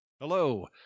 Hello